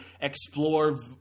explore